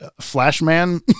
Flashman